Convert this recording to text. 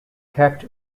kept